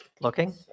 looking